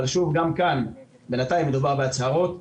אבל גם כאן, בינתיים מדובר בהצהרות.